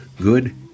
Good